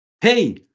Hey